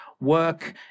work